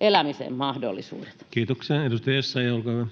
koputtaa] mahdollisuudet. Kiitoksia. — Edustaja Essayah, olkaa hyvä.